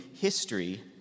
history